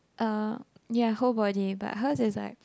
uh ya whole body but hers is like